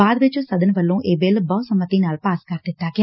ਬਾਅਦ ਵਿਚ ਸਦਨ ਵੱਲੋ ਇਹ ਬਿੱਲ ਬਹੁ ਸੰਮਤੀ ਨਾਲ ਪਾਸ ਕਰ ਦਿੱਤਾ ਗਿਆ